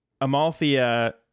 Amalthea